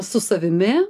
su savimi